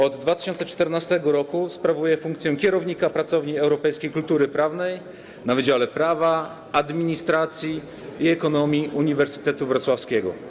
Od 2014 r. sprawuje funkcję kierownika Pracowni Europejskiej Kultury Prawnej na Wydziale Prawa, Administracji i Ekonomii Uniwersytetu Wrocławskiego.